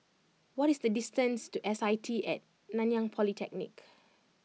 what is the distance to S I T at Nanyang Polytechnic